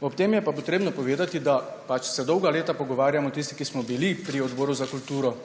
Ob tem je pa potrebno povedati, da pač se dolga leta pogovarjamo tisti, ki smo bili pri Odboru za kulturo